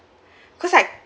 because like